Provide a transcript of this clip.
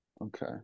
okay